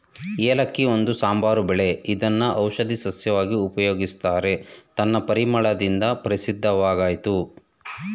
ಏಲಕ್ಕಿ ಒಂದು ಸಾಂಬಾರು ಬೆಳೆ ಇದ್ನ ಔಷಧೀ ಸಸ್ಯವಾಗಿ ಉಪಯೋಗಿಸ್ತಾರೆ ತನ್ನ ಪರಿಮಳದಿಂದ ಪ್ರಸಿದ್ಧವಾಗಯ್ತೆ